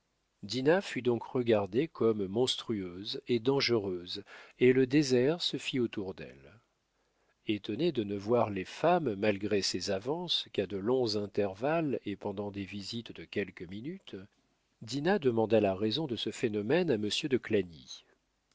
fut donc regardée comme monstrueuse et dangereuse et le désert se fit autour d'elle étonnée de ne voir les femmes malgré ses avances qu'à de longs intervalles et pendant des visites de quelques minutes dinah demanda la raison de ce phénomène à monsieur de